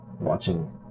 Watching